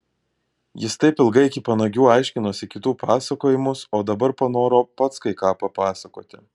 jis taip ilgai iki panagių aiškinosi kitų pasakojimus o dabar panoro pats kai ką papasakoti